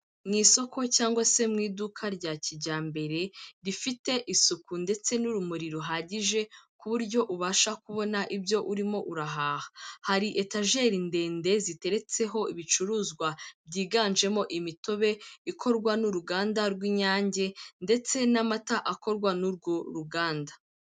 Mu isoko cyangwa se mu iduka rya kijyambere, rifite isuku ndetse n'urumuri ruhagije, ku buryo ubasha kubona ibyo urimo urahaha, hari etajeri ndende ziteretseho ibicuruzwa byiganjemo imitobe ikorwa n'uruganda rw'inyange ndetse n'amata akorwa n'urwo ruganda.